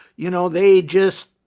you know, they just,